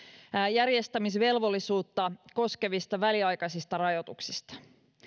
järjestämisvelvollisuutta koskevista väliaikaisista rajoituksista